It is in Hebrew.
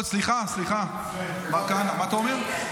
סליחה, סליחה, מר כהנא, מה אתה אומר?